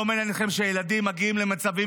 לא מעניין אתכם שהילדים מגיעים למצבים